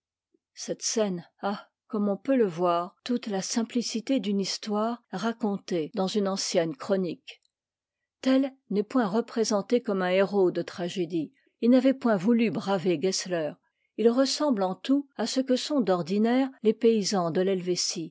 cette scène a comme on peut le voir toute la simplicité d'une histoire racontée dans une ancienne chronique tell n'est point représenté comme un héros de tragédie il n'avait point voulu braver gessfer il ressemble en tout à ce que sont d'ordinaire les paysans de